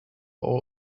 all